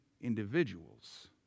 individuals